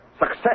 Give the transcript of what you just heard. Success